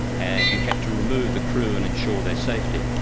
and you had to remove the crew and ensure their safety.